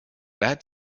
dead